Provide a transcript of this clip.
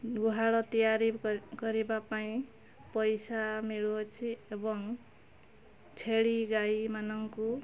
ଗୁହାଳ ତିଆରି କରିବା ପାଇଁ ପଇସା ମିଳୁଅଛି ଏବଂ ଛେଳି ଗାଈ ମାନଙ୍କୁ